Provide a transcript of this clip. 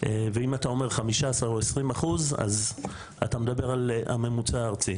ואם אתה אומר 15% או 20% אז אתה מדבר על הממוצע הארצי